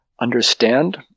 understand